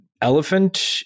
elephant